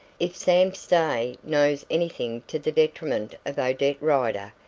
if sam stay knows anything to the detriment of odette rider,